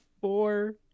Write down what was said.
four